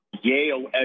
Yale